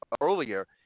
earlier